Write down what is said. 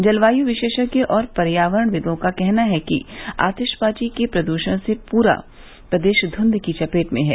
जलवायु विशेषज्ञ और पर्यावरणविदों का कहना है कि आतिशबाजी के प्रद्षण से पूरा प्रदेश धूंध की चपेट में है